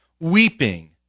weeping